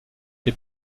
les